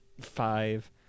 five